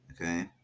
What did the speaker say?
Okay